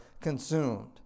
consumed